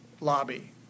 lobby